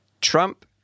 Trump